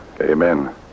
Amen